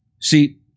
See